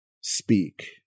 speak